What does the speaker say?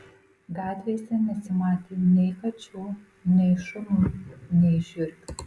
gatvėse nesimatė nei kačių nei šunų nei žiurkių